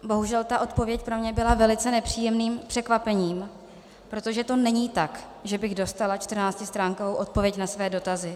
Bohužel ta odpověď pro mě byla velice nepříjemným překvapením, protože to není tak, že bych dostala čtrnáctistránkovou odpověď na své dotazy.